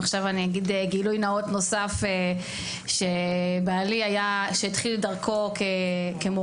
עכשיו אני עם גילוי נאות נוסף שבעלי התחיל את דרכו כמורה,